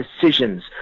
decisions